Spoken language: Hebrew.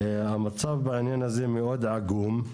המצב בעניין הזה מאוד עגום.